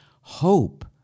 Hope